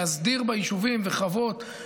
להסדיר בה יישובים וחוות,